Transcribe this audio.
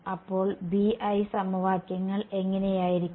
അപ്പോൾ BI സമവാക്യങ്ങൾ എങ്ങനെയായിരിക്കും